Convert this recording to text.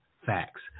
facts